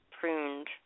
pruned